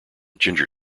ginger